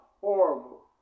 horrible